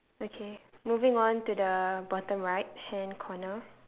okay moving on to the bottom right hand corner